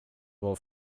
vad